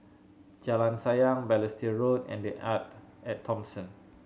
Jalan Sayang Balestier Road and The Arte At Thomson